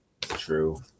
True